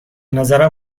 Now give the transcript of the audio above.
نظرم